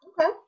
Okay